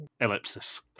Ellipsis